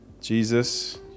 Jesus